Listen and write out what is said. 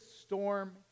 storm